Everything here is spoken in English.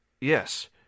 yes